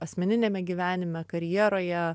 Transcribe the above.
asmeniniame gyvenime karjeroje